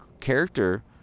character